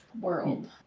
world